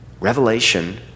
Revelation